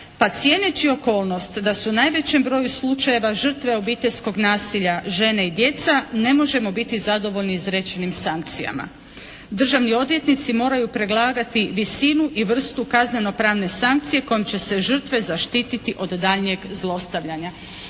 pa cijeneći okolnost da su u najvećem broju slučajeva žrtve obiteljskog nasilja žene i djeca ne možemo biti zadovoljni izrečenim sankcijama. Državni odvjetnici moraju predlagati visinu i vrstu kaznenopravne sankcije kojom će se žrtve zaštititi od daljnjeg zlostavljanja.